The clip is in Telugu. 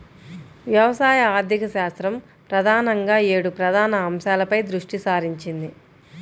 వ్యవసాయ ఆర్థికశాస్త్రం ప్రధానంగా ఏడు ప్రధాన అంశాలపై దృష్టి సారించింది